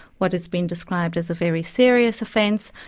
what has been described as a very serious offence.